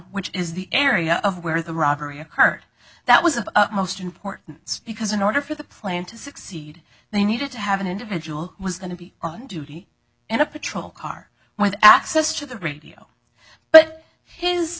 which is the area of where the robbery occurred that was of utmost importance because in order for the plan to succeed they needed to have an individual was going to be on duty in a patrol car with access to the radio but his